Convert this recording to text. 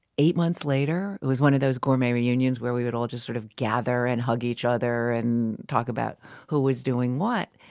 eight months later it was one of those gourmet reunions where we would all sort of gather, and hug each other and talk about who was doing what.